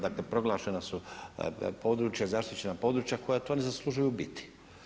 Dakle proglašena su područja, zaštićena područja koja to ne zaslužuju biti.